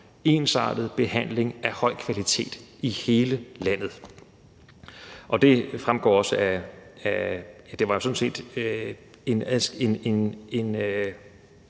ensartet behandling af høj kvalitet i hele landet. Det er også det, jeg læser er